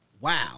wow